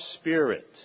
spirit